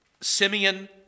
Simeon